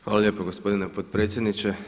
Hvala lijepo gospodine potpredsjedniče.